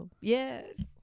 Yes